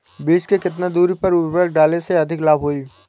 बीज के केतना दूरी पर उर्वरक डाले से अधिक लाभ होई?